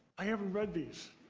i haven't read these.